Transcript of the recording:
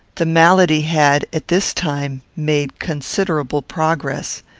the malady had, at this time, made considerable progress.